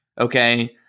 okay